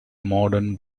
modern